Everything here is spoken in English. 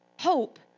Hope